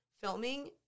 filming